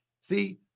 See